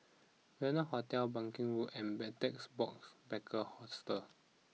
Venue Hotel banking Road and Betel Box Backpackers Hostel